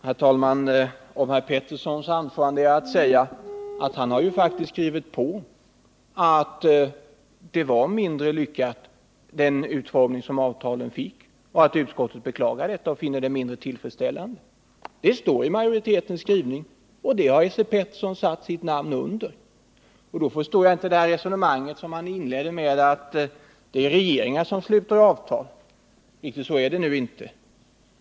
Herr talman! Som replik mot herr Peterssons anförande är att säga att han faktiskt har skrivit under att den utformning som avtalen fick var mindre lyckad och att utskottet beklagar detta och finner det mindre tillfredsställande. Detta står i majoritetens skrivning, och det har Esse Petersson satt sitt namn under. Då förstår jag inte det resonemang som han inledde med, att det är regeringar som sluter avtal. Så är det nu inte.